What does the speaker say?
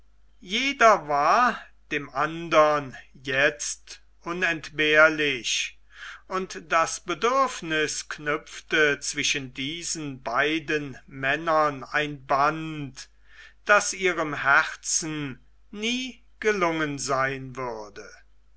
jeder war dem andern jetzt unentbehrlich und das bedürfniß knüpfte zwischen diesen beiden männern ein band das ihrem herzen nie gelungen sein würde